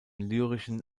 lyrischen